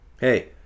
Hey